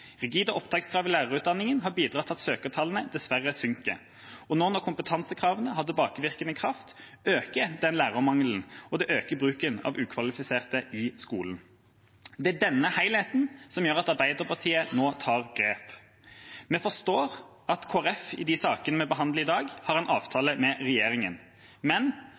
Rigide opptakskrav i lærerutdanningen har bidratt til at søkertallene dessverre synker, og nå når kompetansekravene har tilbakevirkende kraft, øker den lærermangelen, og det øker bruken av ukvalifiserte i skolen. Det er denne helheten som gjør at Arbeiderpartiet nå tar grep. Vi forstår at Kristelig Folkeparti i de sakene vi behandler i dag, har en avtale med regjeringa, men